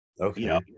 Okay